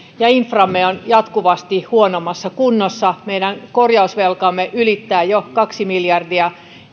ja inframme ovat jatkuvasti huonommassa kunnossa meidän korjausvelkamme ylittää jo kaksi miljardia